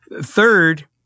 Third